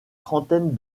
trentaine